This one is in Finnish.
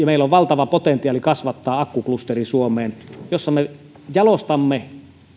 meillä on valtava potentiaali kasvattaa suomeen akkuklusteri jossa me jalostamme